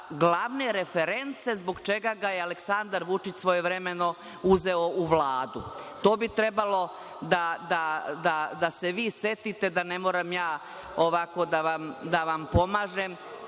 glavne reference zbog čega ga je Aleksandar Vučić svojevremeno uzeo u Vladu. To bi trebalo da se vi setite, da ne moram ovako da vam pomažem.